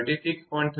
36 kVકે